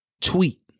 tweet